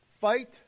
Fight